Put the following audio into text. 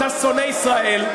800 מיליון שקל על, אתה שונא ישראל.